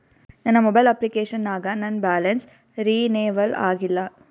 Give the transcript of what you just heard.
ನನ್ನ mobile application ನಾಗ ನನ್ ಬ್ಯಾಲೆನ್ಸ್ ರೀನೇವಲ್ ಆಗಿಲ್ಲ